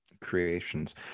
creations